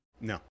No